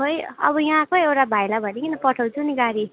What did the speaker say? खै अब यहाँकै एउटा भाइलाई भनिकन पठाउँछु नि गाडी